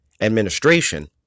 Administration